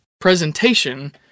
Presentation